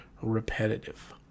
repetitive